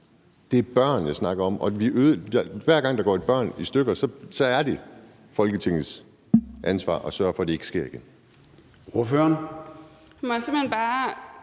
Det er børn, jeg snakker om. Hver gang der går et barn i stykker, er det Folketingets ansvar at sørge for, at det ikke sker igen. Kl. 20:46 Formanden (Søren